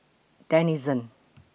Denizen